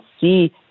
see